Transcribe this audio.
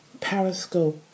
Periscope